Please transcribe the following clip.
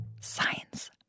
Science